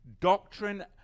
doctrine